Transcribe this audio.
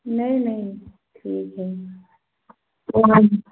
नहीं नहीं ठीक है वो हम